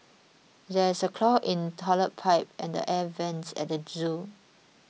there is a clog in Toilet Pipe and the Air Vents at the zoo